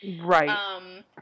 Right